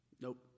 Nope